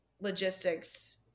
logistics